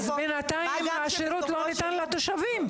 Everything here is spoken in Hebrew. אבל בינתיים השירות לא ניתן לתושבים.